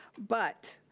but